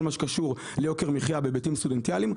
מה שקשור ליוקר מחייה בהיבטים סטודנטיאליים.